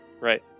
right